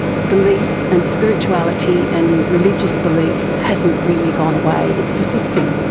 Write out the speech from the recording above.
belief and spirituality and religious belief hasn't really gone away, it's persisting.